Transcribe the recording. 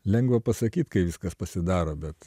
lengva pasakyt kai viskas pasidaro bet